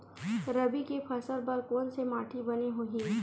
रबी के फसल बर कोन से माटी बने होही?